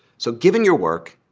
so given your work,